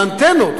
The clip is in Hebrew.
לאנטנות,